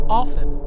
often